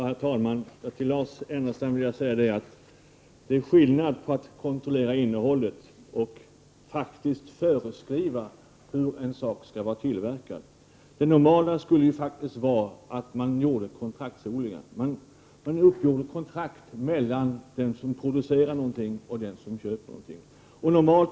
Herr talman! Jag vill till Lars Ernestam säga att det är skillnad på att kontrollera innehållet och att faktiskt föreskriva hur en sak skall vara tillverkad. Det normala borde vara att man gör kontraktsodlingar. Det upprättas ett kontrakt mellan den som producerar någonting och den som köper någonting.